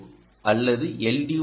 ஓ அல்லது எல்